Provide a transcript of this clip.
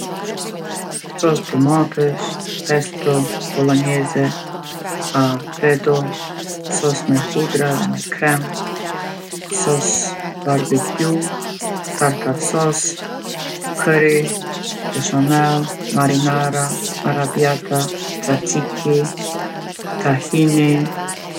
Sos domatesh, pesto, bollonjeze, allfredo, sos me hudra edhe me krem, sos barbekju, tartar sos, kërri, beshamell, marinara, arabjata, caciki, tahini.